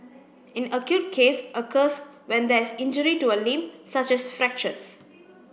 an acute case occurs when there is injury to a limb such as fractures